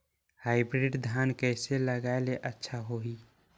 Hybrid धान कइसे लगाय ले अच्छा होही?